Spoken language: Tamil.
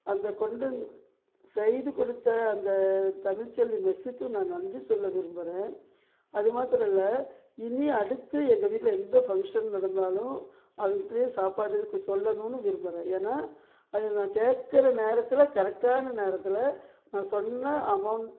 அந்த கொண்டு வந் செய்து கொடுத்த அந்த தமிழ்ச்செல்வி மெஸ்ஸுக்கு நான் நன்றி சொல்ல விரும்புகிறேன் அதுமாத்திரம் இல்லாத இனி அடுத்து எங்கள் வீட்டில் எந்த ஃபங்க்ஷன் நடந்தாலும் அவங்ககிட்டே சாப்பாட்டுக்கு சொல்லணும்ன்னு விரும்புகிறேன் ஏன்னா அதை நான் கேட்குற நேரத்தில் கரெக்டான நேரத்தில் நான் சொன்ன அமௌண்ட்